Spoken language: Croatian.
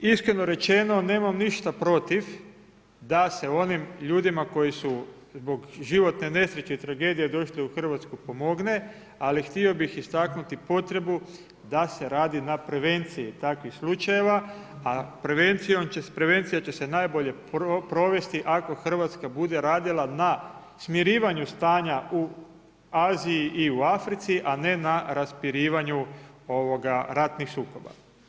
Iskreno rečeno nemam ništa protiv da se onim ljudima koji su zbog životne nesreće i tragedije došli u Hrvatsku pomogne, ali htio bih istaknuti potrebu da se radi na prevenciji takvih slučajeva, a prevencija će se najbolje provesti ako Hrvatska bude radila na smirivanju stanja u Aziji i u Africi, a ne na raspirivanju ratnih sukoba.